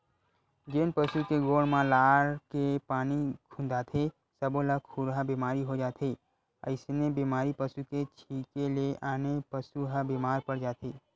जेन पसु के गोड़ म लार के पानी खुंदाथे सब्बो ल खुरहा बेमारी हो जाथे अइसने बेमारी पसू के छिंके ले आने पसू ह बेमार पड़ जाथे